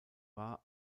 war